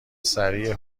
سریع